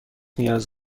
نیاز